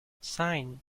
sine